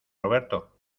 roberto